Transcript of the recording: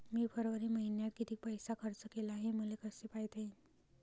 मी फरवरी मईन्यात कितीक पैसा खर्च केला, हे मले कसे पायता येईल?